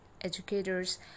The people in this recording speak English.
educators